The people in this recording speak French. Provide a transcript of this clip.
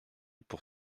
pour